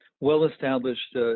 well-established